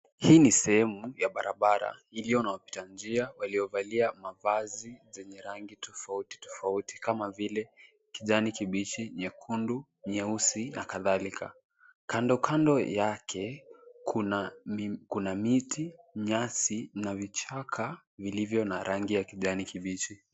Hii ni sehemu ya barabara iliyo na wapita njia waliyovalia mavazi yenye rangi tofauti tofauti kama vile kijani kibichi, nyekundu, nyeusi na kadhalika. Kando kando yake kuna miti, nyasi na vichaka vilivyo na rangi ya kijani kibichi.